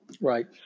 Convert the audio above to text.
Right